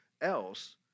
else